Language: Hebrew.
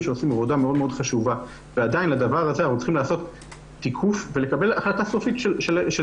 עוד דיון מעקב לעניין הזה כדי לקבל את